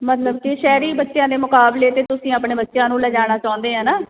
ਮਤਲਬ ਕਿ ਸ਼ਹਿਰੀ ਬੱਚਿਆਂ ਦੇ ਮੁਕਾਬਲੇ ਤਾਂ ਤੁਸੀਂ ਆਪਣੇ ਬੱਚਿਆਂ ਨੂੰ ਲੈ ਜਾਣਾ ਚਾਹੁੰਦੇ ਆ ਨਾ